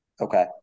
okay